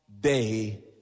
day